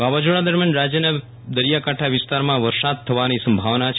વાવાઝોડા દરમિયાન રાજયના દરિયાકાંઠા વિસ્તારમાં વરસાદ થવાની સંભાવના છે